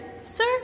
Sir